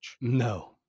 No